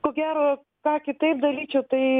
ko gero ką kitaip daryčiau tai